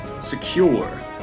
secure